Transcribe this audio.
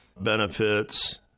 benefits